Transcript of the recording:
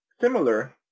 Similar